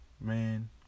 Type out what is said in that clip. man